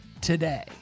today